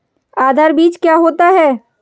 आधार बीज क्या होता है?